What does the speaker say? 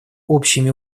общими